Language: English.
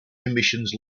emissions